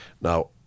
Now